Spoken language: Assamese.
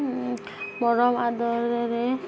মৰম আদৰৰেৰে